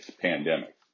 pandemic